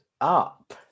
up